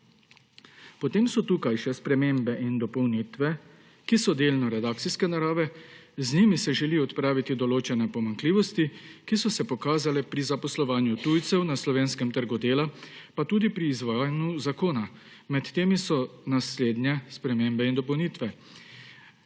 Potem so tukaj še spremembe in dopolnitve, ki so delno redakcijske narave. Z njimi se želijo odpraviti določene pomanjkljivosti, ki so se pokazale pri zaposlovanju tujcev na slovenskem trgu dela pa tudi pri izvajanju zakona. Med temi so naslednje spremembe in dopolnitve: